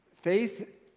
Faith